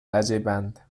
عجیبند